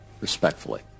respectfully